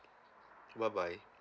bye bye